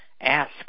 ask